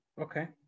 Okay